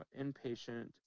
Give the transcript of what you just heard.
inpatient